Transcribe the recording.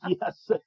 Yes